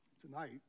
tonight